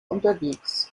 unterwegs